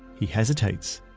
he hesitates,